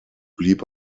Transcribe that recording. blieb